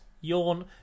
Yawn